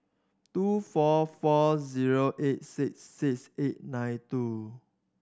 two four four zero eight six six eight nine two